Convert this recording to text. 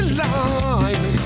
line